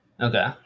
Okay